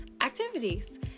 activities